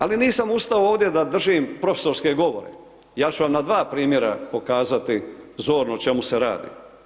Ali nisam ustao ovdje da držim profesorske govore, ja ću vam na dva primjera pokazati zorno o čemu se radi.